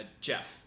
Jeff